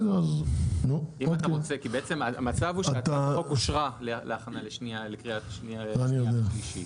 למעשה הצעת החוק אושרה כבר לקריאה שנייה ושלישית.